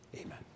amen